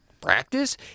Practice